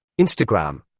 Instagram